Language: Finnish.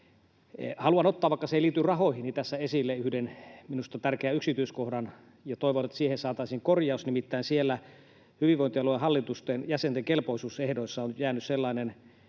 Haluan ottaa, vaikka se ei liity rahoihin, tässä esille yhden minusta tärkeän yksityiskohdan, ja toivon, että siihen saataisiin korjaus. Nimittäin hyvinvointialueen hallitusten jäsenten kelpoisuusehtoihin on jäänyt sellainen,